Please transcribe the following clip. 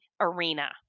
arena